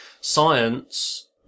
science